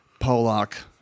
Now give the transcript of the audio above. Polak